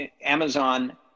Amazon